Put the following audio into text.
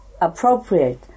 appropriate